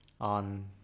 on